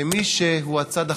כמי שהוא הצד החשוך.